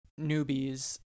newbies